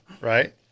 Right